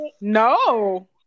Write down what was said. No